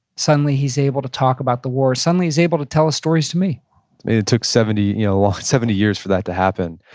suddenly he's able to talk about the war. suddenly he's able to tell his stories to me it took seventy you know ah seventy years for that to happen.